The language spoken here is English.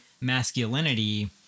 masculinity